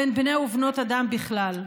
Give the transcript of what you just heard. בין בני ובנות אדם בכלל.